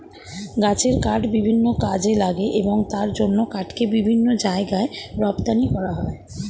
গাছের কাঠ বিভিন্ন কাজে লাগে এবং তার জন্য কাঠকে বিভিন্ন জায়গায় রপ্তানি করা হয়